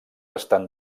estan